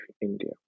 India